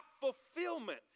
fulfillment